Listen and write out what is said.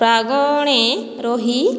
ପ୍ରାଙ୍ଗଣେ ରହି